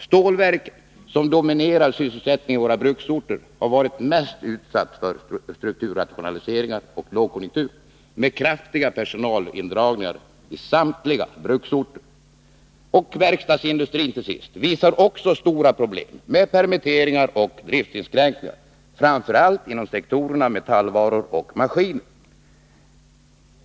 Stålverken, som dominerar sysselsättningen i våra bruksorter, har varit mest utsatta för strukturrationaliseringar och lågkonjunkturer, med kraftiga personalneddragningar i samtliga bruksorter som följd. Verkstadsindustrin uppvisar också stora problem, med permitteringar och driftsinskränkningar, framför allt inom sektorerna metallvaror och maskiner.